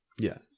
Yes